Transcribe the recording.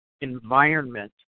environment